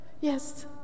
Yes